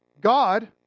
God